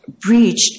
breached